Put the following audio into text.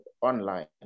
online